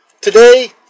Today